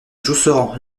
josserand